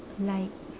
like